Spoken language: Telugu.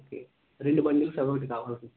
ఓకే రెండు బండిల్స్ అవి ఒకటి కావాలండి